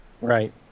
Right